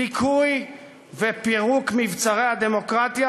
דיכוי ופירוק מבצרי הדמוקרטיה,